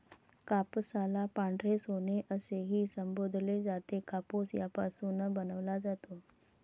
कापसाला पांढरे सोने असेही संबोधले जाते, कापूस यापासून बनवला जातो